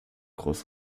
groß